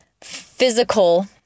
physical